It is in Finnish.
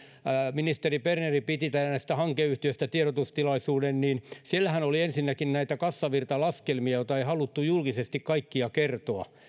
ministeri berner piti tällaisesta hankeyhtiöstä tiedotustilaisuuden niin siellähän oli ensinnäkin näitä kassavirtalaskelmia joita ei haluttu julkisesti kaikkia kertoa